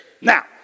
Now